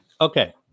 Okay